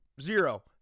zero